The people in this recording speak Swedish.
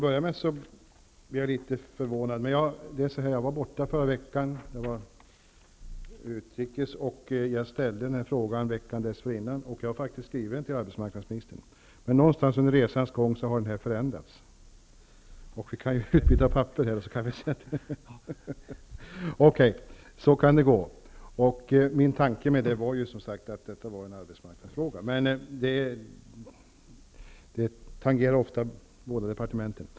Fru talman! Jag var borta förra veckan, jag var utrikes. Jag ställde frågan veckan dessförinnan, och jag har faktiskt ställt den till arbetsmarknadsministern. Någonstans under resans gång har det ändrats. Så kan det gå! Min tanke med att ställa frågan till arbetsmarknadsministern var ju som sagt att detta var en arbetsmarknadsfråga, men frågorna tangerar ju ofta flera departement.